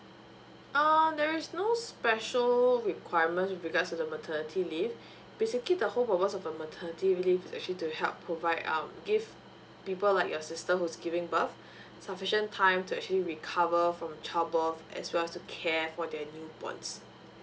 err there is no special requirements with regards to the maternity leave basically the whole purpose of a maternity leave is actually to help provide um give people like your sister who's giving birth sufficient time to actually recover from childbirth as well as to care for their newborns